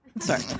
Sorry